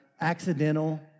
accidental